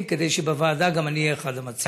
כדי שבוועדה גם אני אהיה אחד המציעים.